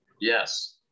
Yes